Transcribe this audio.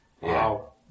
Wow